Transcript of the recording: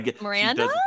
Miranda